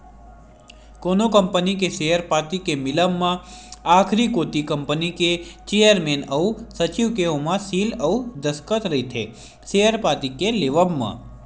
कोनो कंपनी के सेयर पाती के मिलब म आखरी कोती कंपनी के चेयरमेन अउ सचिव के ओमा सील अउ दस्कत रहिथे सेयर पाती के लेवब म